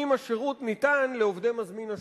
אם השירות ניתן לעובדי מזמין השירות.